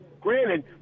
granted